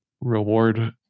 reward